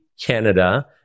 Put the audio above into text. Canada